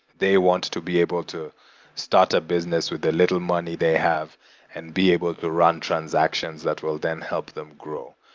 they want to be able to start a business with the little money they have and be able to run transactions that will then help them grow.